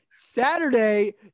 Saturday